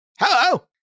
Hello